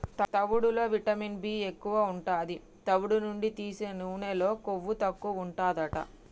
తవుడులో vitamin B ఎక్కువు ఉంటది, తవుడు నుండి తీసే నూనెలో కొవ్వు తక్కువుంటదట